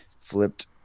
flipped